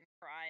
cry